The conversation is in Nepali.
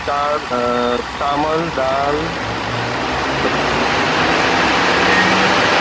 चा चामल दाल